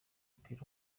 w’umupira